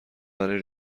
برای